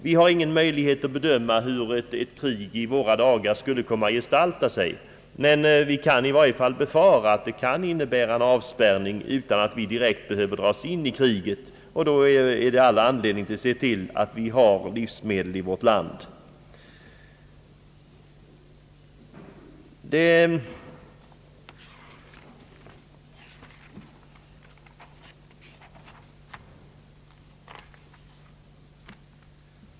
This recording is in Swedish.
Vi har ingen möjlighet att bedöma hur ett krig i våra dagar skulle komma att gestalta sig, men vi kan i varje fall befara att det kan innebära en avspärrning, utan att vi direkt behöver dras in i kriget, och då är det all anledning ati se till att vi har livsmedel i vårt land.